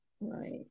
Right